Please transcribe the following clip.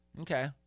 Okay